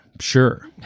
sure